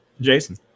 Jason